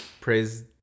Praise